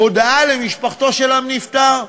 הודעה למשפחתו של הנפטר,